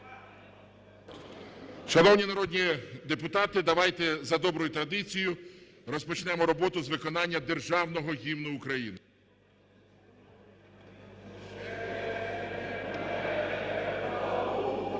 Шановні народні депутати, давайте за доброю традицією розпочнемо роботу з виконання Державного Гімну України.